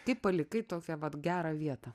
tik palikai tokią pat gerą vietą